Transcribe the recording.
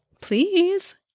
Please